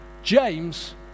James